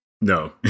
No